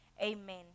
Amen